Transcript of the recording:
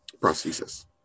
prosthesis